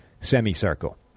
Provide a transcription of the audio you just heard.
semicircle